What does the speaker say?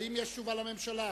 האם יש תשובה לממשלה?